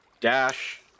dash